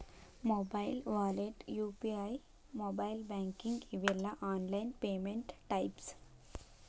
mobile wallet UPI mobile banking ಇವೆಲ್ಲ online payment types